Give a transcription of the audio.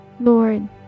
Lord